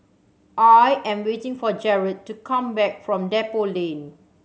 I am waiting for Jarret to come back from Depot Lane